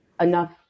enough